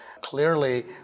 clearly